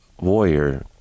warrior